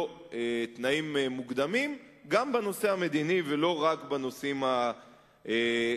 תנאים מוקדמים גם בנושא המדיני ולא רק בנושאים הכלכליים.